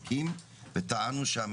המעסיק לבין